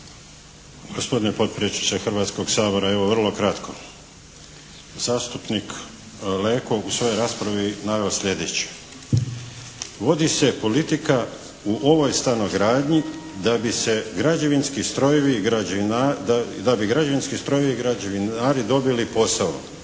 Gospodine potpredsjedniče Hrvatskog sabora evo vrlo kratko. Zastupnik Leko u svojoj raspravi je naveo slijedeće. “Vodi se politika u ovoj stanogradnji da bi se građevinski strojevi, da bi građevinski strojevi